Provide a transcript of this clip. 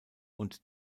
und